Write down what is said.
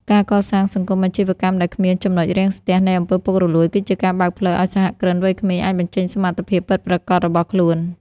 ការកសាងសង្គមអាជីវកម្មដែលគ្មាន ចំណុចរាំងស្ទះ នៃអំពើពុករលួយ គឺជាការបើកផ្លូវឱ្យសហគ្រិនវ័យក្មេងអាចបញ្ចេញសមត្ថភាពពិតប្រាកដរបស់ខ្លួន។